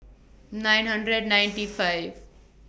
nine hundred ninety five